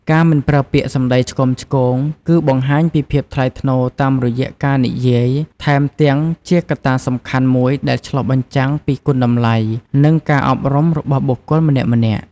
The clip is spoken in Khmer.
ការមិនប្រើពាក្យសម្ដីឆ្គាំឆ្គង គឺបង្ហាញពីភាពថ្លៃថ្នូរតាមរយៈការនិយាយ ថែមទាំងជាងកត្តាសំខាន់មួយដែលឆ្លុះបញ្ចាំងពី គុណតម្លៃ និង ការអប់រំរបស់បុគ្គលម្នាក់ៗ។